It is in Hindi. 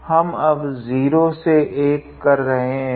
तो अब हम 0 से 1 कर रहे है